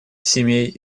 семей